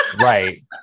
Right